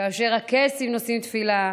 כאשר הקייסים נושאים תפילה,